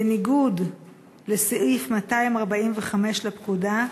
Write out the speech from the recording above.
בניגוד לסעיף 245 לפקודה,